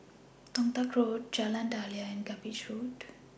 Toh Tuck Road Jalan Daliah and Cuppage Road